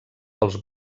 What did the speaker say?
pels